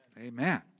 Amen